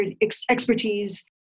expertise